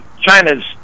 China's